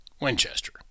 Winchester